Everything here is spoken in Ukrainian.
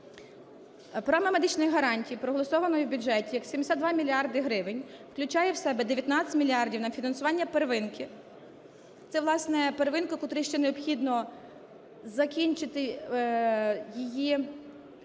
програма медичних гарантій, проголосована в бюджеті в 72 мільярди гривень, включає в себе 19 мільярдів на фінансування "первинки". Це, власне, "первинка", котру ще необхідно закінчити її формування